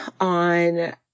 on